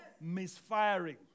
misfiring